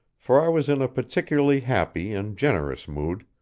for i was in a particularly happy and generous mood